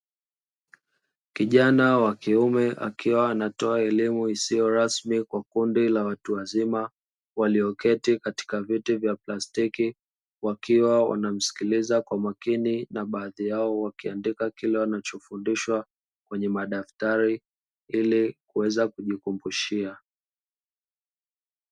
Kijana wa kiume akiwa anatoa elimu isiyo rasmi kwa kundi la watu wazima walioketi kwenye viti vya plastiki, wakiwa wanamskiliza kwa makini na baadhi yao wakiandika kile wanachofundishwa kwenye madaftari ili kuweza kujikumbushia.